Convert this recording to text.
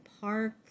park